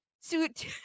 suit